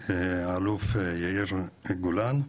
האלוף יאיר גולן,